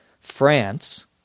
France